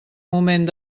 moment